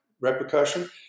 Repercussion